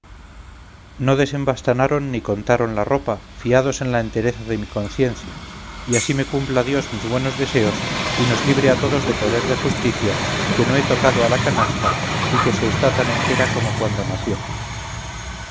no desembanastaron ni contaron la ropa fiados en la entereza de mi conciencia y así me cumpla dios mis buenos deseos y nos libre a todos de poder de justicia que no he tocado a la canasta y que se está tan entera como cuando nació